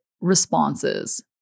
responses